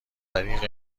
طریق